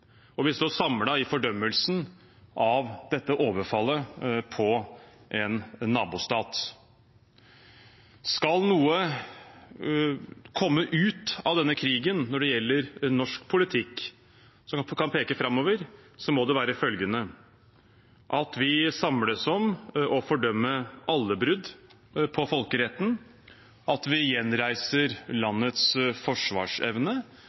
Vi står samlet i fordømmelsen av dette overfallet på en nabostat. Skal noe komme ut av denne krigen når det gjelder norsk politikk, noe som kan peke framover, må det være følgende: at vi samles om å fordømme alle brudd på folkeretten, at vi gjenreiser landets forsvarsevne